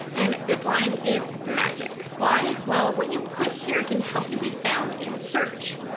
and this line is magic. why? well, what you put here can help you be found in search.